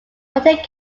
monte